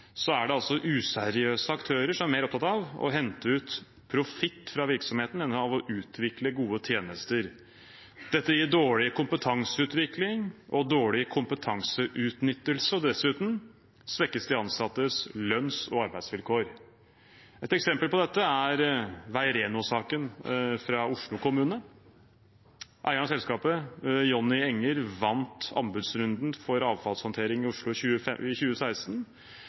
er det useriøse aktører som er mer opptatt av å hente ut profitt fra virksomheten enn av å utvikle gode tjenester. Dette gir dårlig kompetanseutvikling og dårlig kompetanseutnyttelse, og dessuten svekkes de ansattes lønns- og arbeidsvilkår. Et eksempel på dette er Veireno-saken fra Oslo kommune. Eieren av selskapet, Jonny Enger, vant anbudsrunden for avfallshåndtering i Oslo 2016 og tok ut 25 mill. kr i